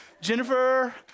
Jennifer